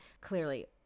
clearly